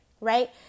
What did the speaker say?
right